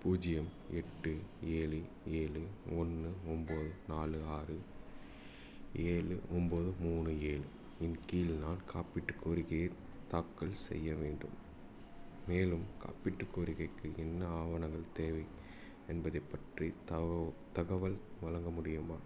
பூஜ்ஜியம் எட்டு ஏழு ஏழு ஒன்று ஒம்பது நாலு ஆறு ஏழு ஒம்பது மூணு ஏழு இன் கீழ் நான் காப்பீட்டு கோரிக்கையை தாக்கல் செய்ய வேண்டும் மேலும் காப்பீட்டு கோரிக்கைக்கு என்ன ஆவணங்கள் தேவை என்பது பற்றி தகவ தகவல் வழங்க முடியுமா